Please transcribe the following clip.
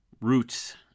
roots